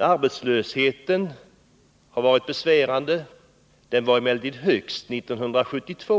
Arbetslösheten har varit besvärande. Den var emellertid högst 1972,